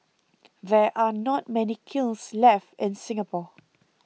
there are not many kilns left in Singapore